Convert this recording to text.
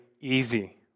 easy